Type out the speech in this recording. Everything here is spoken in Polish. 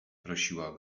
prosiła